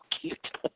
cute